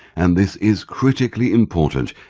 and this is critically important,